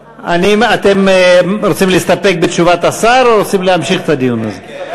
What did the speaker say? אתם רוצים להסתפק בתשובת השר או רוצים להמשיך את הדיון הזה?